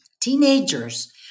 teenagers